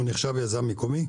נחשב יזם מקומי?